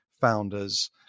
founders